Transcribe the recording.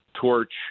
torch